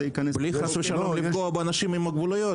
לי חשוב לא לפגוע באנשים עם מוגבלויות,